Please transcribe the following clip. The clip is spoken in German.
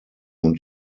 und